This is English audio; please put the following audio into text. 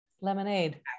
lemonade